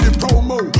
promo